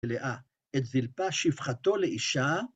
לאה. את זלפה שפחתו לאישה